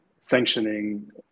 sanctioning